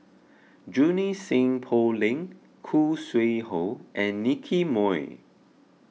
Junie Sng Poh Leng Khoo Sui Hoe and Nicky Moey